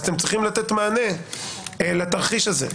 אז אתם צריכים לתת מענה לתרחיש הזה.